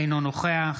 אינו נוכח